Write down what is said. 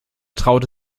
traute